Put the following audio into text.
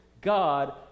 God